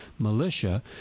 militia